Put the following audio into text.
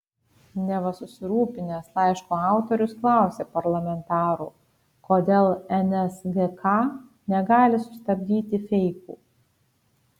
neva susirūpinęs laiško autorius klausė parlamentarų kodėl nsgk negali sustabdyti feikų